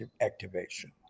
activation